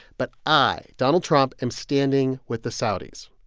but i, donald trump, am standing with the saudis,